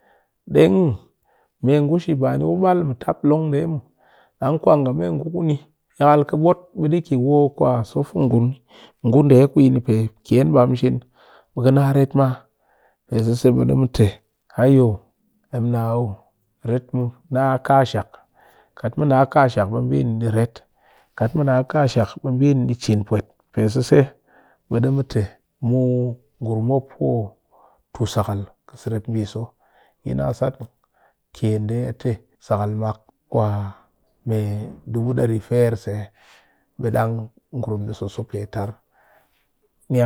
Dang mu, me ngu shi ku bal tap long nde mu dang kwa nga me ngu kuni yakal ka bot ɓɨ kɨ woh kwa so fi ngu ni pe ken bam sin kuni be ka na ret maa pe sese be ɗe mu te hayo emna o ret mɨ na kaa shak kat mu na kaa shak, kat mɨ naa ka shak be bi ni di ret kat mu naa kaa shak be bi ni di cin pwet pe sese ɓɨ du mu te ngurum mop kɨ tu sakal ka serep mbiso yi na sat ken ndee yi na sat ken nde a tɨ sakal mak me dubu dari fire se ɓe dang ngurum ɗe soso pe tar